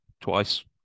twice